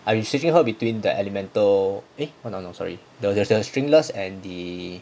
I have been switching her between the elemental eh no no no sorry the stringless and the